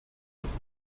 aus